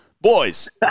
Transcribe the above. boys